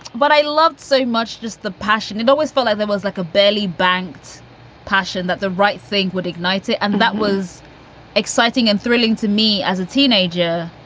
but i loved so much just the passion. it always followed. there was like a barely banked passion that the right thing would ignites it. and that was exciting and thrilling to me as a teenager,